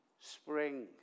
spring